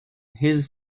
his